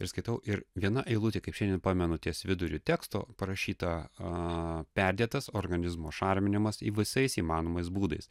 ir skaitau ir viena eilutė kaip šiandien pamenu ties viduriu teksto parašyta a perdėtas organizmo šarminimas visais įmanomais būdais